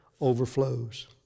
overflows